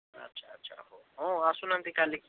ଆଚ୍ଛା ଆଚ୍ଛା ହଁ ଆସୁନାହାନ୍ତି କାଲିକି